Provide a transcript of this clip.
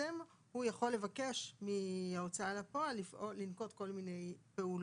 הוא יכול לבקש מההוצאה לפועל לנקוט בכל מיני פעולות.